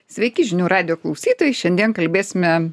sveiki žinių radijo klausytojai šiandien kalbėsime